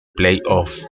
playoff